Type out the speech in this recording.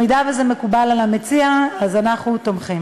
אם זה מקובל על המציע, אנחנו תומכים.